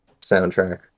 soundtrack